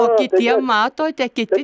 o kitiem matote kiti